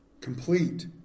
Complete